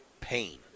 pain